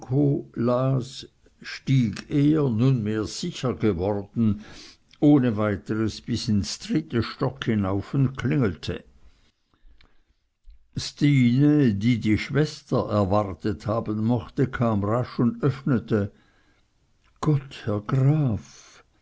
nunmehr sicher geworden ohne weiteres bis ins dritte stock hinauf und klingelte stine die die schwester erwartet haben mochte kam rasch und öffnete gott herr graf